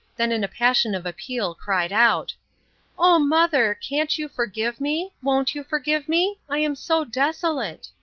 then in a passion of appeal cried out oh, mother, can't you forgive me? won't you forgive me i am so desolate!